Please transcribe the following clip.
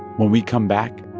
when we come back,